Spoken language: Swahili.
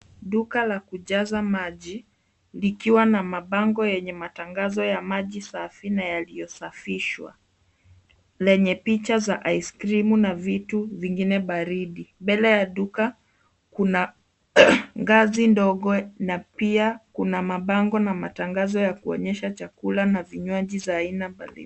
Duka la kujaza maji lina mabango yenye matangazo ya maji safi na yaliyosafishwa, pamoja na picha za ice cream na bidhaa nyingine za baridi. Mbele ya duka kuna ngazi ndogo, na pia yamebandikwa mabango yanayohusu chakula na vinywaji vya aina mbalimbali.